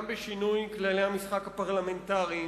גם בשינוי כללי המשחק הפרלמנטריים.